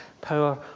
power